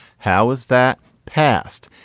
how is that past?